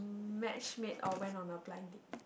match made or went on a blind date